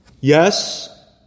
Yes